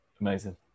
Amazing